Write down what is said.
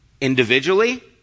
individually